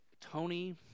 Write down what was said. Tony